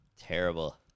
Terrible